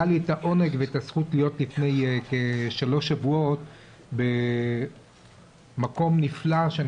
היה לי את העונג ואת הזכות להיות לפני כשלושה שבועות במקום נפלא שאני